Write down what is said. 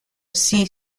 aussi